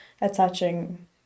attaching